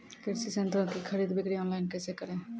कृषि संयंत्रों की खरीद बिक्री ऑनलाइन कैसे करे?